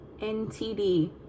NTD